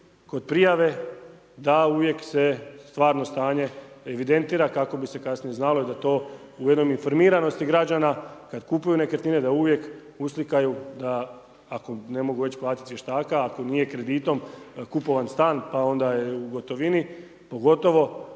kod prijave da uvijek se stvarno stanje evidentira kako bi se kasnije znalo i da to u jednoj informiranosti građana kad kupuju nekretnine da uvijek uslikaju da, ako ne mogu već platiti vještaka, ako nije kreditom kupovan stan pa onda je u gotovini, pogotovo